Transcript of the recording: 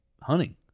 hunting